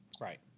Right